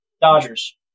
Dodgers